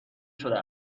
شده